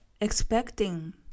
expecting